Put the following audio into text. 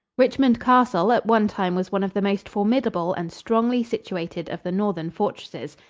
richmond castle at one time was one of the most formidable and strongly situated of the northern fortresses.